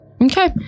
Okay